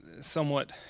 somewhat